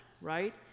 right